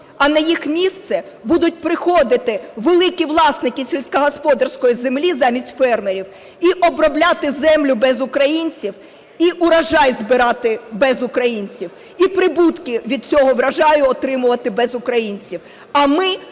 а на їх місце будуть приходити великі власники сільськогосподарської землі замість фермерів, і обробляти землю без українців, і урожай збирати без українців, і прибутки від цього врожаю отримувати без українців.